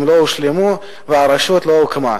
הם לא הושלמו והרשות לא הוקמה.